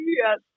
Yes